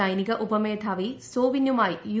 സൈനിക ഉപമേധാവി സോ വിന്നുമായി യു